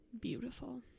beautiful